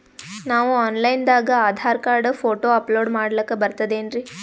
ನಾವು online ದಾಗ Aadhaar card, photo upload ಮಾಡ್ಲಕ ಬರ್ತದೇನ್ರಿ?